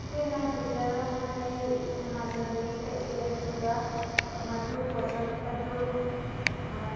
ꯑꯩꯈꯣꯏꯅ ꯄ꯭ꯔꯤꯟꯇꯔ ꯑꯃ ꯂꯩ ꯑꯦꯃꯥꯖꯣꯟꯗꯒꯤ ꯀꯛꯏ ꯑꯗꯨꯒ ꯃꯗꯨ ꯄꯣꯠꯁꯛ ꯑꯗꯨ